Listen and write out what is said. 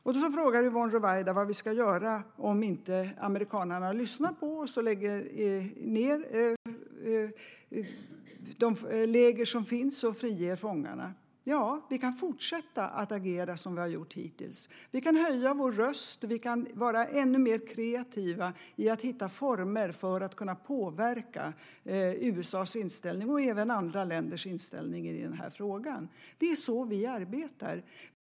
Yvonne Ruwaida frågar vad vi ska göra om inte amerikanerna lyssnar på oss och lägger ned de läger som finns och friger fångarna. Vi kan fortsätta att agera som vi har gjort hittills. Vi kan höja vår röst, vi kan vara ännu mer kreativa i att hitta former för att kunna påverka USA:s och även andra länders inställning i den här frågan. Det är så vi arbetar.